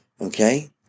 okay